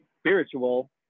spiritual